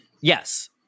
Yes